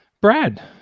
Brad